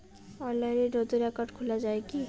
অনলাইনে নতুন একাউন্ট খোলা য়ায় কি?